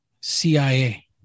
CIA